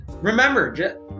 remember